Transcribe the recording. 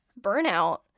burnout